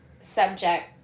subject